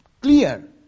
Clear